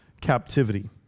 captivity